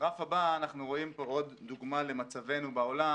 בגרף הבא אנחנו רואים פה עוד דוגמא למצבנו בעולם